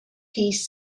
piece